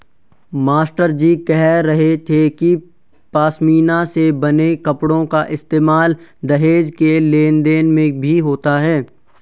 मास्टरजी कह रहे थे कि पशमीना से बने कपड़ों का इस्तेमाल दहेज के लेन देन में भी होता था